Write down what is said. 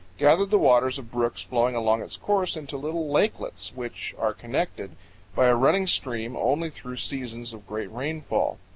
gathered the waters of brooks flowing along its course into little lakelets, which are connected by a running stream only through seasons of great rainfall.